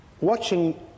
watching